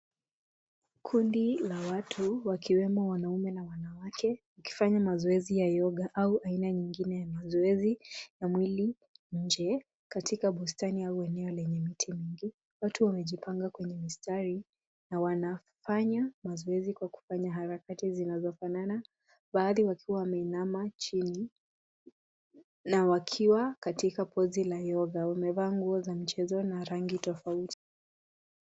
Kundi la watu wakiwemo wanaume na wanawake wakifanya mazoezi ya yoga au aina nyingine ya mazoezi ya mwili nje katika bustani au eneo lenye miti mingi. Watu wamejipanga kwenye mistari na wanafanya mazoezi kwa kufanya harakati zinazofanana. Baadhi wakiwa wameinama chini na wakiwa katika pozi la yoga. Wamevaa nguo za michezo na rangi tofauti.